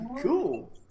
Cool